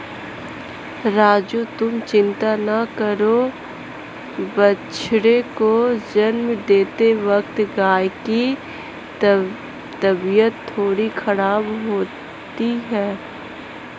राजू तुम चिंता ना करो बछड़े को जन्म देते वक्त गाय की तबीयत थोड़ी खराब होती ही है